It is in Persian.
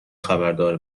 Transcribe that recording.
خبردار